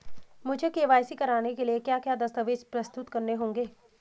मुझे के.वाई.सी कराने के लिए क्या क्या दस्तावेज़ प्रस्तुत करने होंगे?